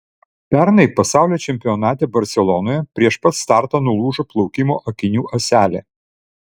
pernai pasaulio čempionate barselonoje prieš pat startą nulūžo plaukimo akinių ąselė